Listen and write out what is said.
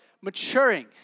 maturing